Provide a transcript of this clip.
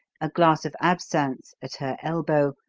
a glass of absinthe at her elbow,